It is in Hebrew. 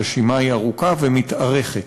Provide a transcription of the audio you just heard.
הרשימה היא ארוכה ומתארכת.